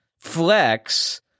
flex